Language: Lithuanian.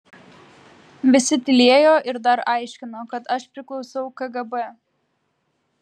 visi tylėjo ir dar aiškino kad aš priklausau kgb